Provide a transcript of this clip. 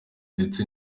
ndetse